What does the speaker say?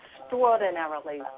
extraordinarily